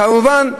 כמובן,